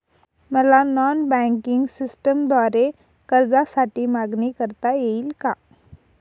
मला non banking सिस्टमद्वारे कर्जासाठी मागणी करता येईल का?